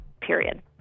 period